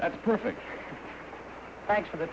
that's perfect thanks for the